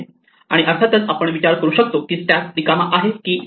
आणि अर्थातच आपण विचारू शकतो की स्टॅक रिकामा आहे की नाही